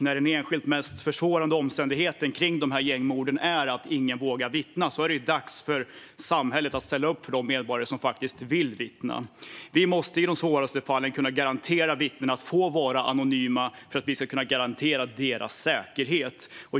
När den enskilt mest försvårande omständigheten kring dessa gängmord är att ingen vågar vittna är det dags för samhället att ställa upp för de medborgare som vill vittna. Vi måste i de svåraste fallen kunna garantera vittnen att få vara anonyma för att vi ska kunna garantera deras säkerhet.